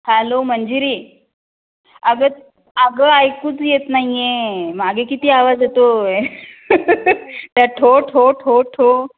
hello Manjiri अगं अगं ऐकूच येत नाही आहे मागे किती आवाज येतो आहे त्या ठो ठो ठो ठो